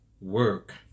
work